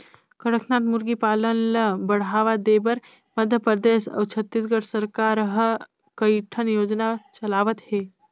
कड़कनाथ मुरगी पालन ल बढ़ावा देबर मध्य परदेस अउ छत्तीसगढ़ सरकार ह कइठन योजना चलावत हे